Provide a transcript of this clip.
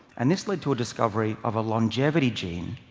and this led to a discovery of a longevity gene